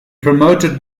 promoted